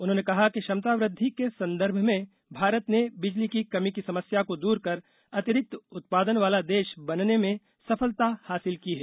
उन्होंने कहा कि क्षमता वृद्धि के संदर्भ में भारत ने बिजली की कमी की समस्या को दूर कर अतिरिक्त उत्पादन वाला देश बनने में सफलता हासिल की है